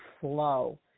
flow